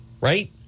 right